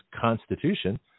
constitution